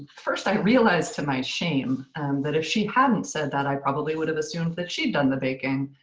first, i realized to my shame that if she hadn't said that i probably would've assumed that she'd done the baking.